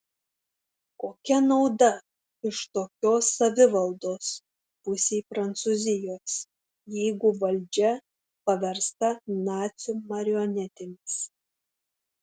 kokia nauda iš tokios savivaldos pusei prancūzijos jeigu valdžia paversta nacių marionetėmis